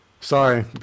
Sorry